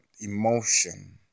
emotion